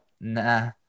nah